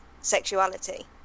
sexuality